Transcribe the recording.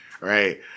right